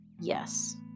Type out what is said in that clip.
Yes